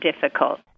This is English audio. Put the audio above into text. difficult